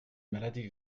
maladies